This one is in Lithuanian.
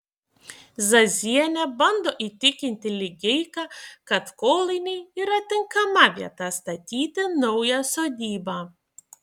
zazienė bando įtikinti ligeiką kad kolainiai yra tinkama vieta statyti naują sodybą